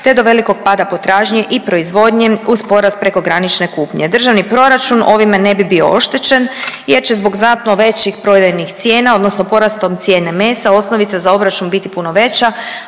te do velikog pada potražnje i proizvodnje uz porast prekogranične kupnje. Državni proračun ovime ne bi bio oštećen jer će zbog znatno većih prodajnih cijena, odnosno porastom cijene mesa osnovica za obračun biti puno veća,